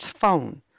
phone